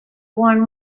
born